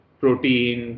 protein